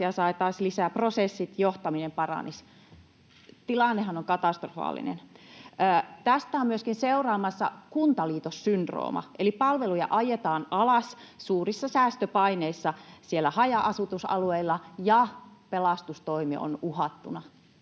saataisiin lisää, prosessit, johtaminen paranisivat. Tilannehan on katastrofaalinen. Tästä on myöskin seuraamassa kuntaliitossyndrooma, eli palveluja ajetaan alas suurissa säästöpaineissa siellä haja-asutusalueilla ja pelastustoimi on uhattuna.